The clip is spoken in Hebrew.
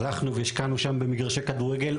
הלכנו והשקענו שם במגרשי כדורגל,